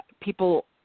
people